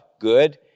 good